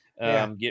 get